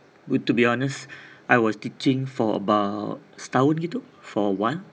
would to be honest I was teaching for about setahun gitu for one